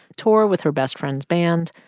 tour with her best friend's band.